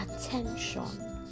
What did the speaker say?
attention